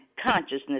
consciousness